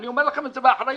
אני אומר לכם את זה באחריות,